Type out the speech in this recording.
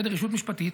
ישות משפטית,